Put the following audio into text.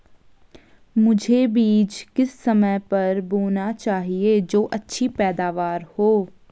मुझे बीज किस समय पर बोना चाहिए जो अच्छी पैदावार हो?